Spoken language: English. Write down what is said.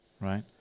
Right